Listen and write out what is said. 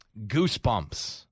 Goosebumps